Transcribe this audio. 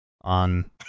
On